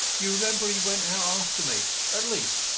you remember he went out after me at least,